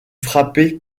frappé